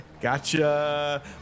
Gotcha